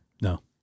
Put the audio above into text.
No